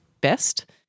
best